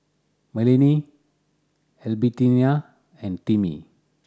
Merlene Albertina and Timmy